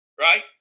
Right